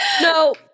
No